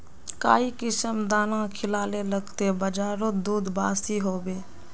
काई किसम दाना खिलाले लगते बजारोत दूध बासी होवे?